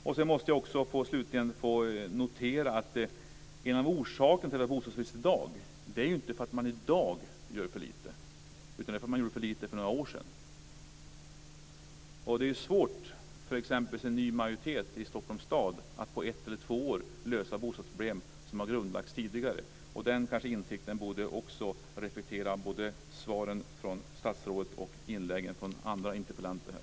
Slutligen måste jag också få notera att en av orsakerna till att vi har bostadsbrist i dag inte är att man gör för lite i dag. Det är för att man gjorde för lite för några år sedan. Det är svårt för exempelvis en ny majoritet i Stockholms stad att på ett eller två år lösa bostadsproblem som har grundlagts tidigare. Den insikten borde kanske reflekteras både i svaret från statsrådet och i inläggen från interpellanten.